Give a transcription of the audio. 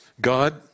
God